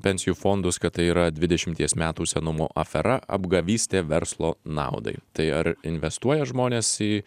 pensijų fondus kad tai yra dvidešimties metų senumo afera apgavystė verslo naudai tai ar investuoja žmonės į